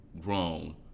grown